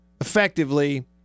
effectively